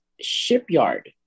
Shipyard